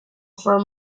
from